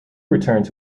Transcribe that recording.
returned